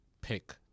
pick